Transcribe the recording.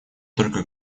только